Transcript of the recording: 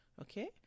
Okay